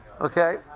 Okay